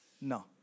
no